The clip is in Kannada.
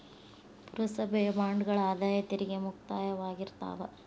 ಪುರಸಭೆಯ ಬಾಂಡ್ಗಳ ಆದಾಯ ತೆರಿಗೆ ಮುಕ್ತವಾಗಿರ್ತಾವ